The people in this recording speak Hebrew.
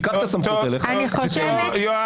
תיקח את הסמכות אליך ותן לי אותה.